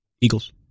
Eagles